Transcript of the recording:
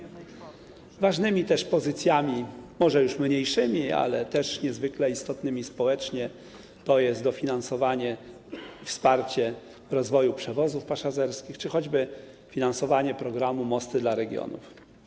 Też ważnymi pozycjami, może już mniejszymi, ale również niezwykle istotnymi społecznie, jest dofinansowanie i wsparcie rozwoju przewozów pasażerskich czy choćby finansowanie programu „Mosty dla regionów”